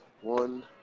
one